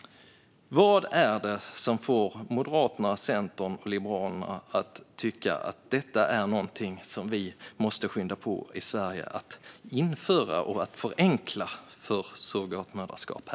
Vad är det som får Moderaterna, Centern och Liberalerna att tycka att surrogatmoderskap är något som vi måste skynda på att införa och förenkla i Sverige?